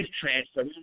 transfer